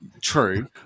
true